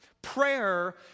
Prayer